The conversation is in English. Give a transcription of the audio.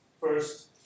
first